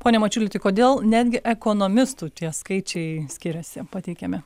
pone mačiuli tai kodėl netgi ekonomistų tie skaičiai skiriasi pateikiami